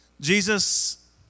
Jesus